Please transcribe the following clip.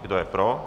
Kdo je pro?